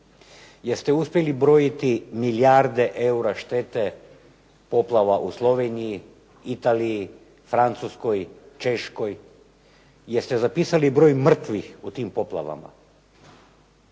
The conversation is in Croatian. ste uspjeli brojiti milijarde eura štete poplava u Sloveniji, Italiji, Francuskoj, Češkoj. Jeste zapisali broj mrtvih u tim poplavama?